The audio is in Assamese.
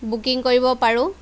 বুকিং কৰিব পাৰোঁ